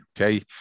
Okay